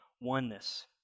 oneness